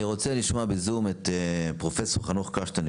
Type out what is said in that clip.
אני רוצה לשמוע בזום את פרופ' חנוך קשתן,